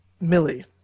Millie